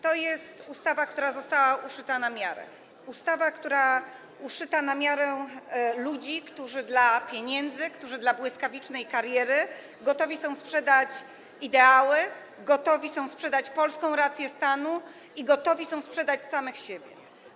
To jest ustawa, która została uszyta na miarę, ustawa uszyta na miarę ludzi, którzy dla pieniędzy, którzy dla błyskawicznej kariery gotowi są sprzedać ideały, gotowi są sprzedać polską rację stanu i gotowi są sprzedać samych siebie.